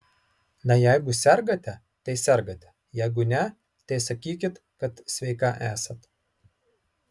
na jeigu sergate tai sergate jeigu ne tai sakykit kad sveika esat